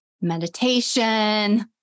meditation